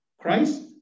Christ